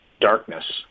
darkness